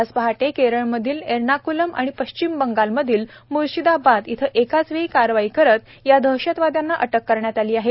आज पहाटे केरळमधील एर्णाक्लम आणि पश्चिम बंगालमधील म्शिदाबाद इथं एकाच वेळी कारवाई करत या दहशतवाद्यांना अटक करण्यात आलं आहे